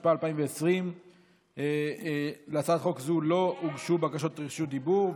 התשפ"א 2020. להצעת חוק זו לא הוגשו בקשות רשות דיבור,